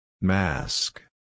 Mask